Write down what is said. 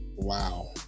Wow